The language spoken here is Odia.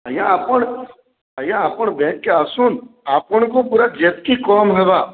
ଆଜ୍ଞା ଆପଣ୍ ଆଜ୍ଞା ଆପଣ୍ ବ୍ୟାଙ୍କ କେ ଆସୁନ୍ ଆପଣଙ୍କୁ ପୁରା ଯେତକି କମ୍ ହେବା